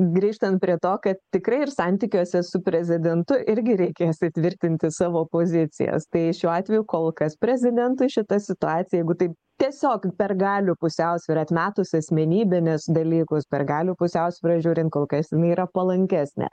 grįžtant prie to kad tikrai ir santykiuose su prezidentu irgi reikės įtvirtinti savo pozicijas tai šiuo atveju kol kas prezidentui šita situacija jeigu tai tiesiog per galių pusiausvyrą atmetus asmenybinius dalykus per galių pusiausvyrą žiūrint kol kas jinai yra palankesnė